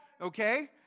okay